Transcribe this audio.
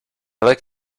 like